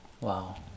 wow